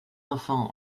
enfants